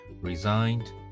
resigned